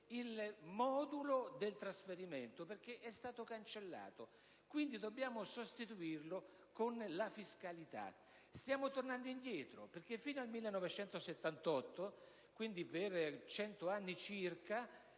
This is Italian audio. il modulo del trasferimento, perché questo è stato cancellato e, quindi, dobbiamo sostituirlo con la fiscalità. Stiamo tornando indietro, perché fino al 1978 (quindi, per circa